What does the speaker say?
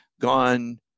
gone